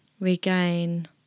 regain